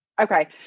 Okay